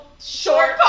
short